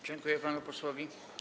Dziękuję panu posłowi.